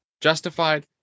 justified